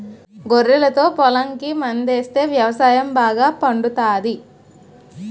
గొర్రెలతో పొలంకి మందాస్తే వ్యవసాయం బాగా పండుతాది